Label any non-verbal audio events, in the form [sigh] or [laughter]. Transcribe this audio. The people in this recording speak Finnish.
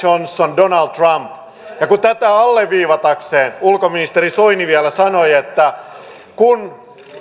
[unintelligible] johnson donald trump ja kuin tätä alleviivatakseen ulkoministeri soini vielä sanoi että